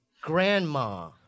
grandma